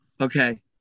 okay